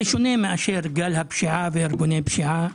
זה שונה מאשר גל הפשיעה וארגוני פשיעה.